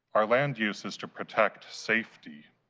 our land use is to protect safety,